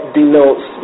denotes